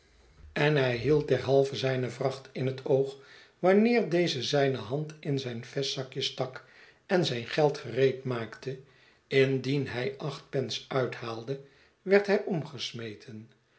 en hij hield derhalve zijne vracht in het oog wanneer deze zijne hand in zijn vestzakje stak en zijn geld gereedmaakte indien hij acht pence uithaalde werd hij omgesmeten